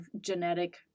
genetic